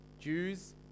Jews